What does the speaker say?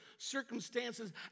Circumstances